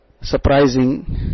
surprising